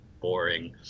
boring